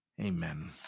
Amen